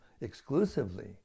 exclusively